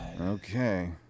Okay